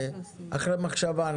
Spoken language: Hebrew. ואחרי מחשבה,